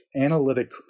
analytic